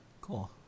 Cool